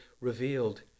revealed